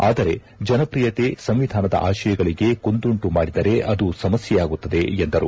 ಆದರೆ ಜನಪ್ರಿಯತೆ ಸಂವಿಧಾನದ ಆಶಯಗಳಿಗೆ ಕುಂದುಂಟು ಮಾಡಿದರೆ ಅದು ಸಮಸ್ಥೆಯಾಗುತ್ತದೆ ಎಂದರು